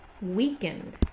weakened